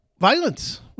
violence